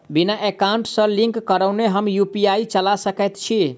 बिना एकाउंट सँ लिंक करौने हम यु.पी.आई चला सकैत छी?